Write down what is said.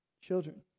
Children